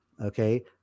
okay